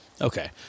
Okay